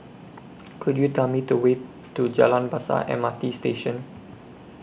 Could YOU Tell Me The Way to Jalan Besar M R T Station